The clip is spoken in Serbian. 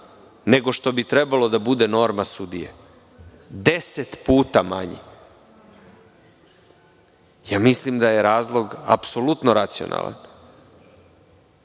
nego što bi trebalo da bude norma sudije. Deset puta manji. Mislim da je razlog apsolutno racionalan. Slovaci